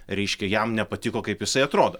reiškia jam nepatiko kaip jisai atrodo